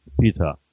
Peter